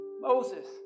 Moses